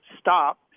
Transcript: stop